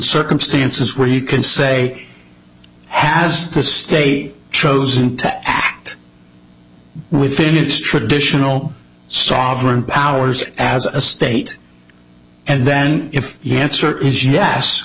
circumstances where you can say has the state chosen to act within its traditional sovereign powers as a state and then if he answer is yes